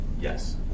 Yes